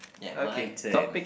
yeah my turn